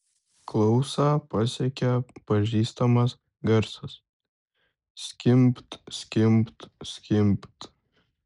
klausą pasiekė pažįstamas garsas skimbt skimbt skimbt